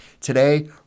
Today